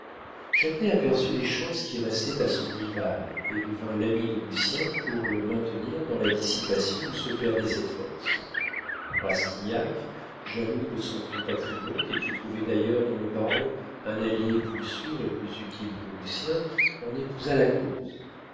nouveau châtelet aperçut les chances qui restaient à son rival et devint l'ami de lucien pour le maintenir dans la dissipation où se perdaient ses forces rastignac jaloux de son compatriote et qui trouvait d'ailleurs dans le baron un allié plus sûr et plus utile que lucien en épousa la cause